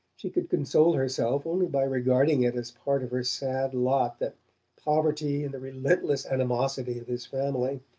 she could console herself only by regarding it as part of her sad lot that poverty and the relentless animosity of his family,